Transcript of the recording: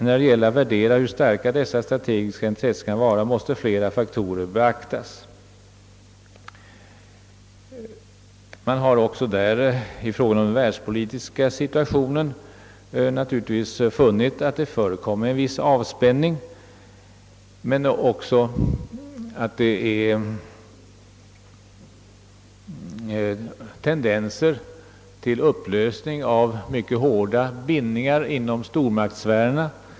När det gäller att värdera hur starka dessa strategiska intressen kan vara måste flera faktorer beaktas.» Man har i fråga om den världspolitiska situationen naturligtvis funnit att det åstadkommits en viss avspänning men också att det finns tendenser till upplösning av även mycket hårda bindningar inom <stormaktssfärerna.